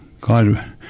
God